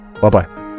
Bye-bye